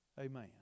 Amen